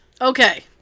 Okay